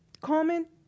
comment